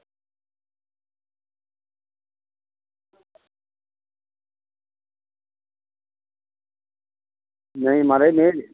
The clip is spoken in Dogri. नेईं महाराज में